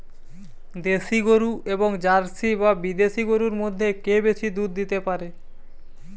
দেশী গরু এবং জার্সি বা বিদেশি গরু মধ্যে কে বেশি দুধ দিতে পারে?